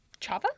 Chava